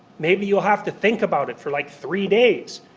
maybe you'll have to think about it for like three days.